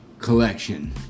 Collection